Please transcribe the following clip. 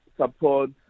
support